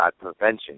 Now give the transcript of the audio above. prevention